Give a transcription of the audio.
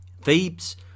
Thebes